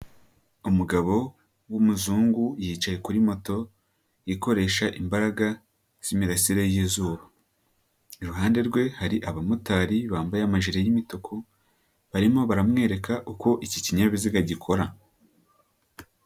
Umugabo w'umuzungu yicaye kuri moto ikoresha imbaraga z'imirasire y'izuba, iruhande rwe hari abamotari bambaye amajire y'imituku barimo baramwereka uko iki kinyabiziga gikora.